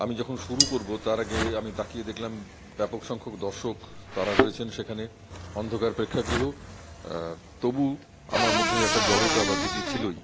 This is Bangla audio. আমি যখন শুরু করবো তার আগে আমি তাকিয়ে দেখলাম ব্যাপক সংখ্যক দর্শক তারা রয়েছেন সেখানে অন্ধকার প্রেক্ষাগৃহ তবু আমার মধ্যে একটা জড়তা বা ভীতি ছিলই